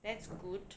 that's good